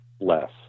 less